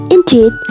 Indeed